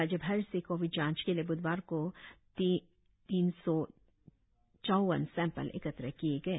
राज्य भर से कोविड जांच के लिए बुधवार को तास सौ सौवन सैंपल एकत्र किए गए